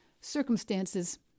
Circumstances